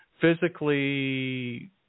Physically